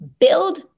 Build